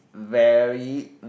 very